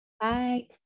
Bye